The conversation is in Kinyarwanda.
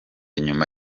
nyuma